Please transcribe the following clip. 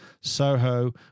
Soho